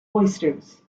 oysters